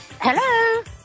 Hello